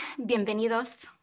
bienvenidos